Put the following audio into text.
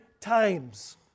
times